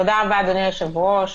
תודה רבה, אדוני היושב-ראש.